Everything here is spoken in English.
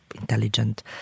intelligent